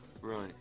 Right